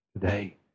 today